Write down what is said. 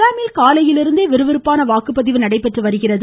அஸாமில் காலையிலிருந்தே விறுவிறுப்பான வாக்குப்பதிவு நடைபெற்று வருகிறது